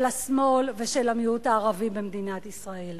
של השמאל ושל המיעוט הערבי במדינת ישראל.